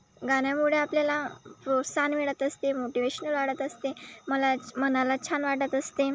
गाण्यामुळे आपल्याला प्रोत्साहन मिळत असते मोटिवेशन वाढत असते मला च मनाला छान वाटत असते